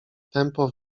tępo